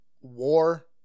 war